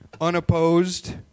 unopposed